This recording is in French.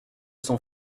son